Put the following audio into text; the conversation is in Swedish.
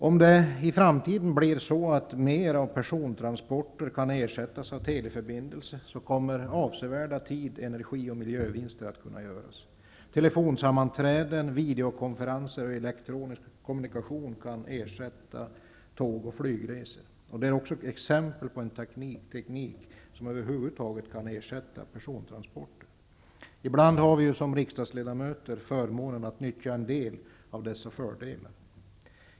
Om persontransporter i framtiden i större utsträckning kan ersättas av teleförbindelser kommer avsevärda tids-, energi och miljövinster att kunna göras. Telefonsammanträden, videokonferenser och elektronisk kommunikation kan ersätta tåg och flygresor. Det är exempel på en teknik som över huvud taget kan göra persontransporter onödiga. Ibland har vi riksdagsledamöter förmånen att nyttja en del av dessa fördelar.